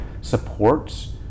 supports